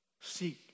Seek